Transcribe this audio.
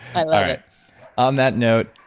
i love it on that note,